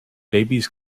babies